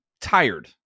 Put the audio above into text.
tired